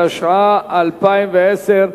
התשע"א 2010,